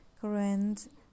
current